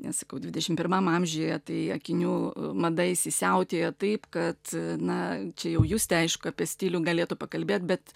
nes sakau dvidešimt pirmam amžiuje tai akinių mada įsisiautėjo taip kad na čia jau justė aišku apie stilių galėtų pakalbėt bet